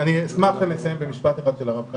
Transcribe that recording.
אשמח לסיים עם משפט אחד של הרב קרליבך,